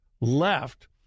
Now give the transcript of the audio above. left